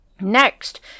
Next